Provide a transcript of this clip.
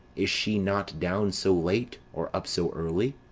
is she not down so late, or up so early?